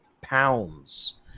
pounds